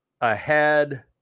Ahead